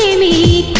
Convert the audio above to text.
me?